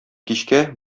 кичкә